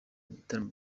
bitaramo